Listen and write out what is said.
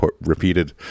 repeated